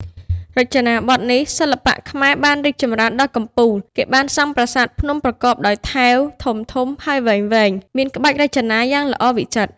រចនាបថនេះ សិល្បៈខ្មែរបានរីកចំរីនដល់កំពូល គេបានសង់ប្រាសាទភ្នំប្រកបដោយថែវធំៗ ហើយវែងៗ មានក្បាច់រចនាយ៉ាងល្អវិចិត្រ ។